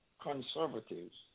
conservatives